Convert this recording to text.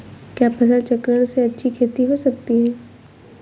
क्या फसल चक्रण से अच्छी खेती हो सकती है?